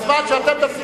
זה לא אנחנו מפריעים.